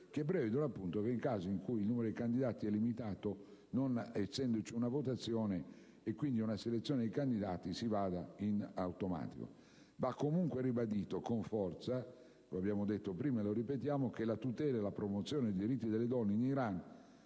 che prevedono appunto che nel caso in cui il numero dei candidati sia limitato, non essendoci una votazione e quindi una selezione, si vada in automatico. Va comunque ribadito con forza, lo abbiamo detto prima e lo ripetiamo, che la tutela e la promozione dei diritti delle donne in Iran,